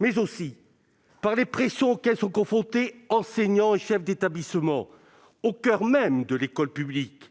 Je pense aussi aux pressions auxquelles sont confrontés enseignants et chefs d'établissement au coeur même de l'école publique,